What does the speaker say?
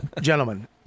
gentlemen